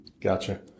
Gotcha